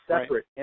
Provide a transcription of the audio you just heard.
separate